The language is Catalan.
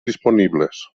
disponibles